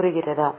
புரிகிறதா